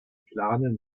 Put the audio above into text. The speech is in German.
planen